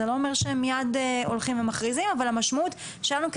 זה לא אומר שמיד הולכים ומכריזים אבל המשמעות שלנו,